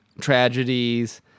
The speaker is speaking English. tragedies